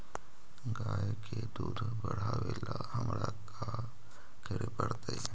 गाय के दुध बढ़ावेला हमरा का करे पड़तई?